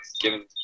given